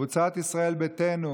קבוצת ישראל ביתנו